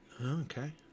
Okay